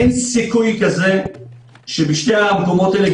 אין סיכוי כזה שבשני המקומות האלה,